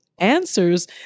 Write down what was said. answers